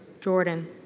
Jordan